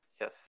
Yes